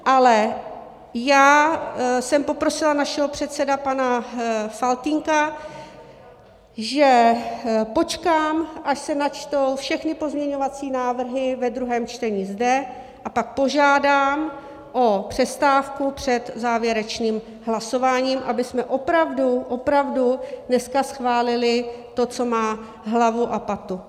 Ale já jsem poprosila našeho předsedu pana Faltýnka, že počkám, až se zde načtou všechny pozměňovací návrhy ve druhém čtení, a pak požádám o přestávku před závěrečným hlasováním, abychom opravdu, opravdu, dneska schválili to, co má hlavu a patu.